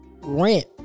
rent